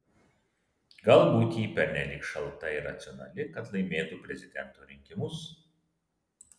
galbūt ji pernelyg šalta ir racionali kad laimėtų prezidento rinkimus